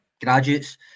graduates